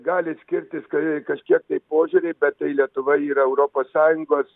gali skirtis kai kažkiek tai požiūriai bet tai lietuva yra europos sąjungos